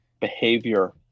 behavior